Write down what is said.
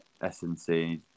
SNC